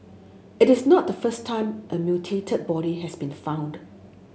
it is not the first time a mutilated body has been found